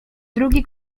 drugi